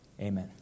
Amen